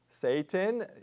Satan